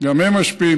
גם הם משפיעים.